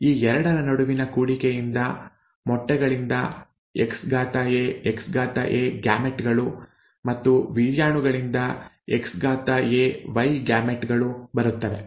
ಈ ಎರಡರ ನಡುವಿನ ಕೂಡಿಕೆಯಿಂದ ಮೊಟ್ಟೆಗಳಿಂದ XAXA ಗ್ಯಾಮೆಟ್ ಗಳು ಮತ್ತು ವೀರ್ಯಾಣುಗಳಿಂದ XaY ಗ್ಯಾಮೆಟ್ ಗಳು ಬರುತ್ತವೆ